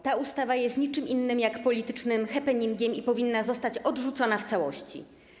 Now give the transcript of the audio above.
Ta ustawa jest niczym innym jak politycznym happeningiem i powinna zostać odrzucona w całości.